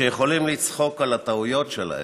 שיכולים לצחוק על הטעויות שלהם,